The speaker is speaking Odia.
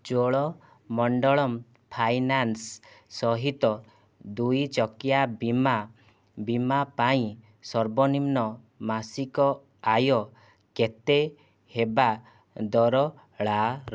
ଚୋଳମଣ୍ଡଳମ୍ ଫାଇନାନ୍ସ ସହିତ ଦୁଇ ଚକିଆ ବୀମା ବୀମା ପାଇଁ ସର୍ବନିମ୍ନ ମାସିକ ଆୟ କେତେ ହେବା ଦରକାର